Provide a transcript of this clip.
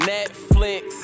Netflix